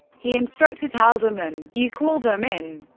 he instructed haldeman you call them in.